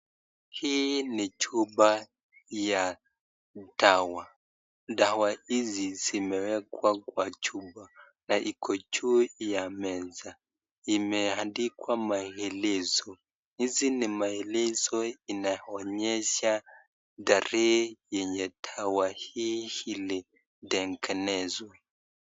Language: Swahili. Hii ni chupa ya dawa. Dawa hizi zimewekwa chupa na iko juu ya meza imeandikwa maelezo. Hizi ni maelezo inaonyesha tarehe yenye dawa hii ilitengenezwa.